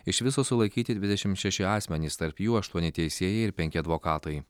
iš viso sulaikyti dvidešimt šeši asmenys tarp jų aštuoni teisėjai ir penki advokatai